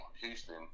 Houston